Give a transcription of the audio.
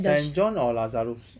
saint john or lazarus